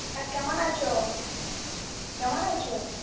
তা কেমন আছো কেমন আছো